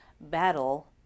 battle